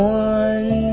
one